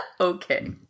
Okay